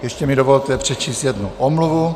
Ještě mi dovolte přečíst jednu omluvu.